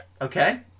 Okay